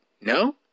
No